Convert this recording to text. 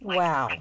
wow